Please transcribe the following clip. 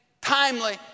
timely